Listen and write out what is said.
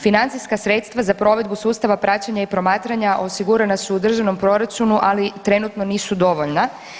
Financijska sredstva za provedbu sustava praćenja i promatrana osigurana su u državnom proračunu, ali trenutno nisu dovoljna.